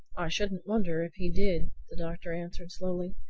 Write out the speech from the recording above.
i shouldn't wonder if he did, the doctor answered slowly.